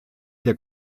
der